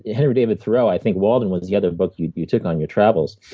henry david thoreau i think walden was the other book you you took on your travels